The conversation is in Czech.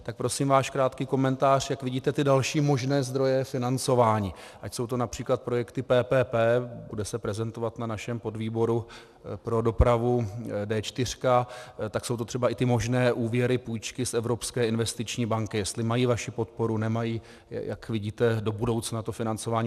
Tak prosím váš krátký komentář, jak vidíte ty další možné zdroje financování, ať jsou to např. projekty PPP, bude se prezentovat na našem podvýboru pro dopravu D4, tak jsou to třeba i ty možné úvěry, půjčky z Evropské investiční banky, jestli mají vaši podporu, nemají, jak vidíte do budoucna to financování.